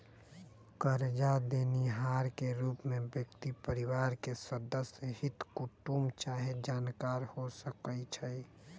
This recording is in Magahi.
करजा देनिहार के रूप में व्यक्ति परिवार के सदस्य, हित कुटूम चाहे जानकार हो सकइ छइ